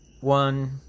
One